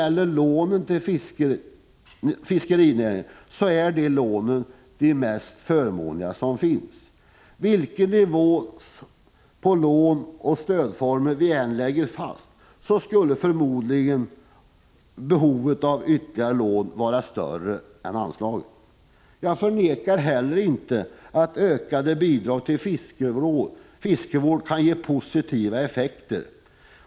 Lånen till fiskerinäringen är de mest förmånliga som finns. Vilken nivå för lån och stödformer som vi än lägger fast, skulle förmodligen behovet av ytterligare lån vara större än anslaget. Jag förnekar inte heller att ökade bidrag till fiskevård kan ge positiva effekter.